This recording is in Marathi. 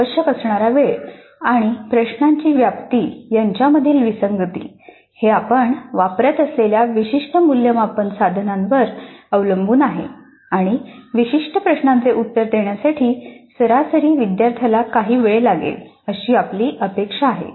आवश्यक असणारा वेळ आणि प्रश्नाची व्याप्ती यांच्यामधील विसंगती हे आपण वापरत असलेल्या विशिष्ट मूल्यमापन साधनावर अवलंबून आहे आणि विशिष्ट प्रश्नाचे उत्तर देण्यासाठी सरासरी विद्यार्थ्याला काही वेळ लागेल अशी आपली अपेक्षा आहे